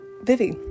Vivi